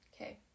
Okay